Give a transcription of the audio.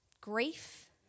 grief